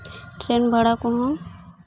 train ᱵᱷᱟᱲᱟ ᱠᱚᱦᱚᱸ